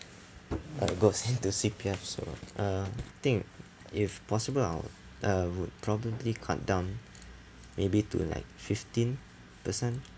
I got save to to C_P_F so uh I think if possible I'll uh would probably cut down maybe to like fifteen percent